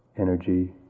energy